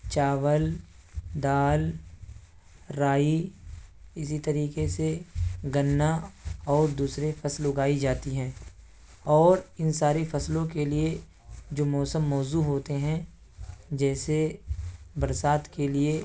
چاول دال رائی اسی طریقے سے گنا اور دوسری فصل اگائی جاتی ہیں اور ان ساری فصلوں کے لیے جو موسم موزوں ہوتے ہیں جیسے برسات کے لیے